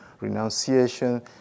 renunciation